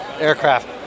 aircraft